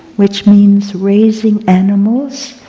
which means raising animals